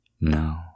No